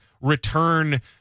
return